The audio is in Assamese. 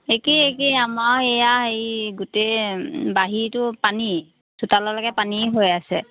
একেই একেই আমাৰো এয়া হেৰি গোটেই বাহিৰটো পানী চোতাললৈকে পানীয়ে হৈ আছে